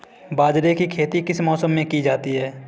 बाजरे की खेती किस मौसम में की जाती है?